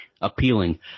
appealing